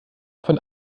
von